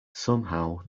somehow